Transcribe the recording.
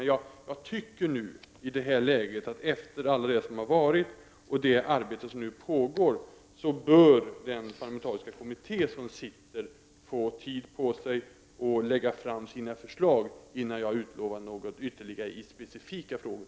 I det här läget, efter allt som har varit och med tanke på det arbete som nu pågår, bör den parlamentariska kommitté som sitter få tid på sig att lägga fram sina förslag innan jag utlovar något ytterligare i specifika frågor.